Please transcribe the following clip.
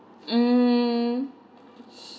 um